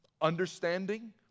understanding